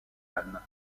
anne